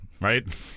right